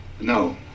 No